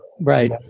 Right